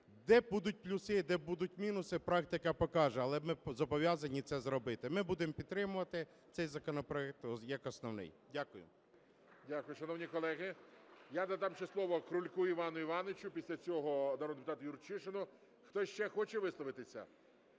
де будуть плюси, де будуть мінуси, практика покаже, але ми зобов'язані це зробити. Ми будемо підтримувати цей законопроект як основний. Дякую. ГОЛОВУЮЧИЙ. Дякую. Шановні колеги, я надам ще слово Крульку Івану Івановичу. Після цього народному депутату Юрчишину. Хтось ще хоче висловитися?